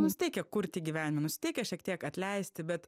nusiteikę kurti gyvenimą nusiteikę šiek tiek atleisti bet